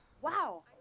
wow